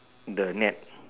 the net